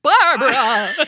Barbara